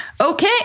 Okay